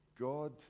God